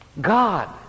God